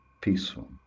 peaceful